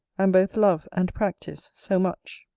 and both love and practice so much.